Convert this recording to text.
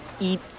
eat